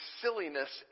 silliness